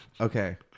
Okay